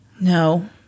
No